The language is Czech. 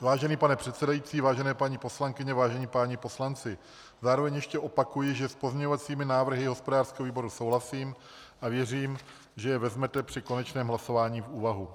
Vážený pane předsedající, vážené paní poslankyně, vážení páni poslanci, zároveň ještě opakuji, že s pozměňovacími návrhy hospodářského výboru souhlasím, a věřím, že je vezmete při konečném hlasování v úvahu.